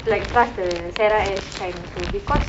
like pass the because